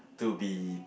to be